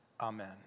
Amen